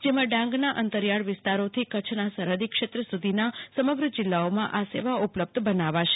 જેમાં ડાંગના અંતરીયાળ વિસ્તારોથી કચ્છના સરહદી ક્ષેત્ર સુધીના સમગ્ર જીલ્લમાં આ સેવા ઉપલ્લ્બ્ધ બનાવશે